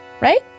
Right